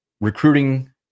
recruiting